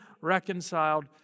reconciled